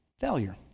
Failure